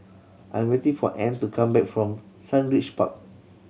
I 'm waiting for Ann to come back from Sundridge Park